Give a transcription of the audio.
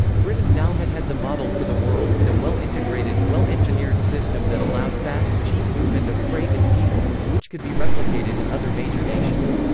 britain now had had the model for the world in a well integrated, well-engineered system that allowed fast, cheap movement of freight and people, and which could be replicated in other major nations.